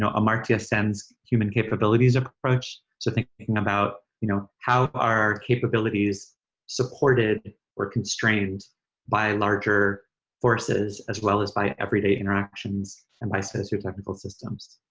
amartya sen's human capabilities approach. so thinking about you know how our capabilities supported or constrained by larger forces as well as by everyday interactions and by socio-technical systems.